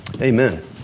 amen